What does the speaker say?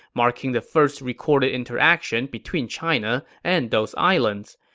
marking the first recorded interaction between china and those islands.